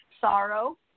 sorrow